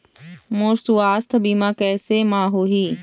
मोर सुवास्थ बीमा कैसे म होही?